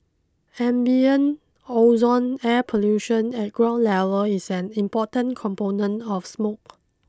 ambient ozone air pollution at ground level is an important component of smoke